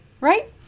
right